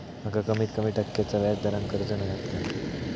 माका कमीत कमी टक्क्याच्या व्याज दरान कर्ज मेलात काय?